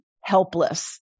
helpless